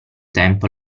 tempo